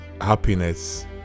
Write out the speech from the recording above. happiness